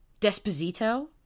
Desposito